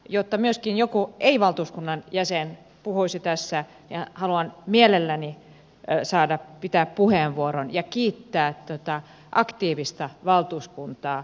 jotta myöskin joku valtuuskunnan ei jäsen puhuisi tässä niin haluan mielelläni saada pitää puheenvuoron ja kiittää aktiivista valtuuskuntaa